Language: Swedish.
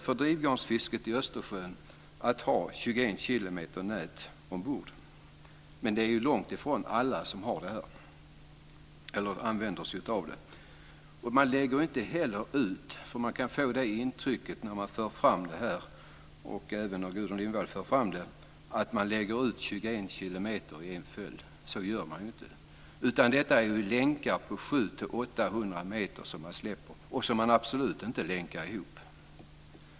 Vid drivgarnsfiske i Östersjön är det tillåtet att ha 21 kilometer nät ombord. Men det är långt ifrån alla som använder sig av det. När Gudrun Lindvall och andra för fram det här kan man få intryck av att det läggs ut 21 kilometer i en följd. Så gör man ju inte. Det är ju länkar på 700-800 meter som man släpper och som man absolut inte länkar ihop.